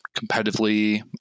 competitively